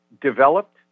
developed